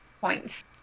points